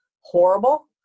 horrible